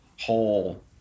whole